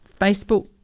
Facebook